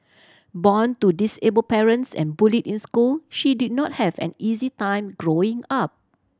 born to disabled parents and bullied in school she did not have an easy time growing up